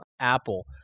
Apple